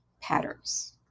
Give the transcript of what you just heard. patterns